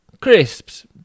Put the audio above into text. Crisps